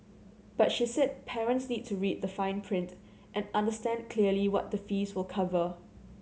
but she said parents need to read the fine print and understand clearly what the fees will cover